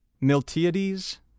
Miltiades